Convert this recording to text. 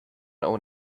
own